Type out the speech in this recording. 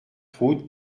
route